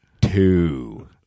two